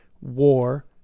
war